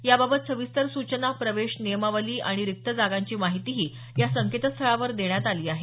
याबाबत सविस्तर सूचना प्रवेश नियमावली आणि रिक्त जागांची माहितीही या संकेतस्थळावर देण्यात आली आहे